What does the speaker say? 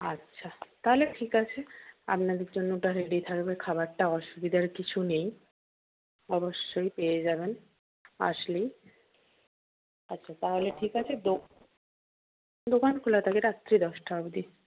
আচ্ছা তাহলে ঠিক আছে আপনাদের জন্য ওটা রেডি থাকবে খাবারটা অসুবিধার কিছু নেই অবশ্যই পেয়ে যাবেন আসলেই আচ্ছা তাহলে ঠিক আছে দোকান খোলা থাকে রাত্রি দশটা অব্দি